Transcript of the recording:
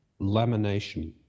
Lamination